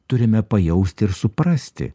turime pajausti ir suprasti